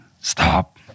Stop